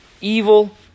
evil